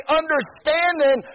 understanding